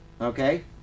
okay